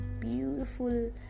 beautiful